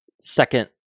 second